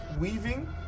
weaving